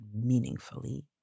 meaningfully